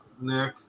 Nick